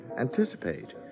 anticipate